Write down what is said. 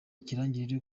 ikirangirire